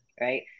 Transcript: right